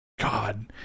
God